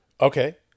Okay